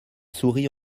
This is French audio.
sourit